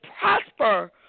prosper